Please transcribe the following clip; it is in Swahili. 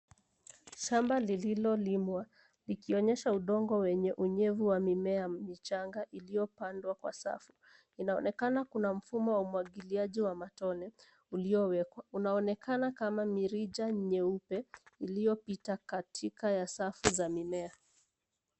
Shamba lililolimwa likionyesha udongo wenye unyevu wenye mimea michanga iliyopandwa kwa safu. Inaonekana kuna mfumo wa umwagiliaji wa matone uliowekwa. Unaonekana kama mirija nyeupe iliyopita katika ya safu za mimea.